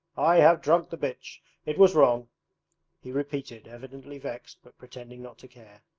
i have drunk the bitch it was wrong he repeated, evidently vexed but pretending not to care.